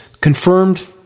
confirmed